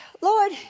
Lord